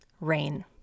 rain